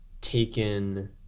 taken